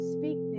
Speak